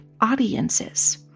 audiences